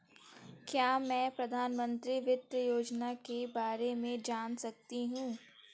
क्या मैं प्रधानमंत्री वित्त योजना के बारे में जान सकती हूँ?